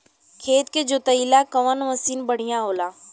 खेत के जोतईला कवन मसीन बढ़ियां होला?